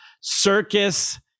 circus